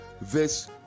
verse